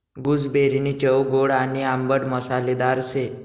गूसबेरीनी चव गोड आणि आंबट मसालेदार शे